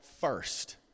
first